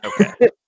Okay